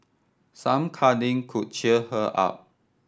some cuddling could cheer her up